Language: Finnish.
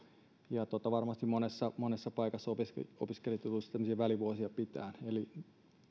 varmasti monessa monessa paikassa opiskelijat joutuvat sitten välivuosia pitämään eli